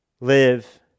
live